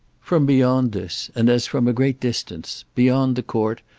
from beyond this, and as from a great distance beyond the court,